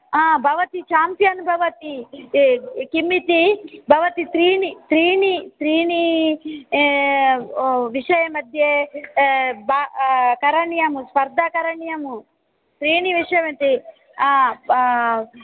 हा भवति चाम्पियन् भवति किमिति भवति त्रीणि त्रीणि त्रीणि विषयमद्ये ब करणीयम् स्पर्दा करणीयम् त्रीणिविषयमद्ये